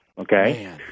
Okay